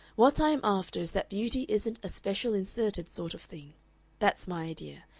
what i am after is that beauty isn't a special inserted sort of thing that's my idea.